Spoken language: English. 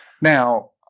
now